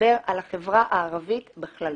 לדבר על החברה הערבית בכללותה.